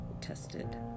tested